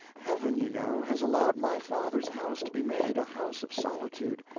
heaven, you know, has allowed my father's house to be made a house of solitude,